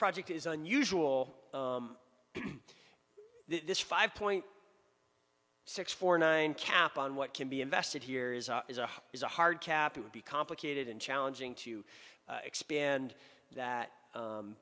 project is unusual this five point six four nine cap on what can be invested here is a is a hard cap would be complicated and challenging to expand that